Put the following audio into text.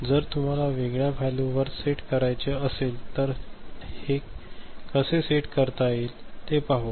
जर तुम्हाला वेगळ्या व्हॅल्यू वर सेट करायचे असेल तर ते कसे सेट करता येईल ते पाहू